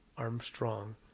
Armstrong